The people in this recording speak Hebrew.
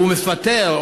הוא מפטר,